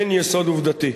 אין יסוד עובדתי.